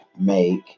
make